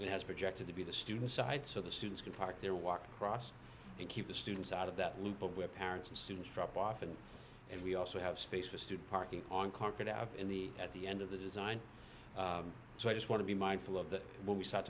it has projected to be the student side so the students can park their walk across and keep the students out of that loop of where parents and students drop off and and we also have space for student parking on corporate out in the at the end of the design so i just want to be mindful of that when we start